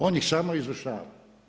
On ih samo izvršava.